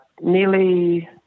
nearly